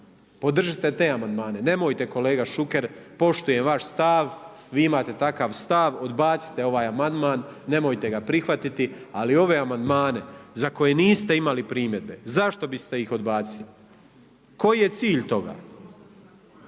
Podržite te amandmane. Nemojte kolega Šuker, poštujem vaš stav, vi imate takav stav. Odbacite ovaj amandman, nemojte ga prihvatiti. Ali ove amandmane za koje niste imali primjedbe zašto biste ih odbacili? Koji je cilj toga?